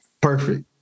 Perfect